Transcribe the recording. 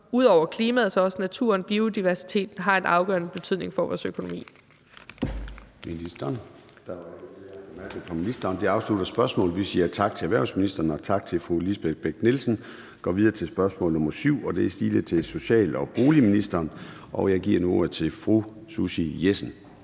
ud over klimaet har naturen og biodiversiteten også en afgørende betydning vores økonomi.